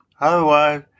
Otherwise